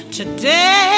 today